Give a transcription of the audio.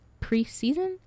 preseason